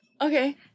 Okay